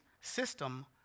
system